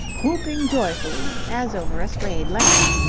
whooping joyfully as over a strayed lamb.